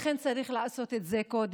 לכן צריך לעשות את זה קודם,